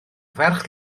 ferch